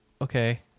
okay